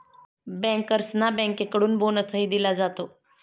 बँकर्सना बँकेकडून बोनसही दिला जातो